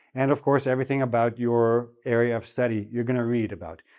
and of course, everything about your area of study, you're going to read about.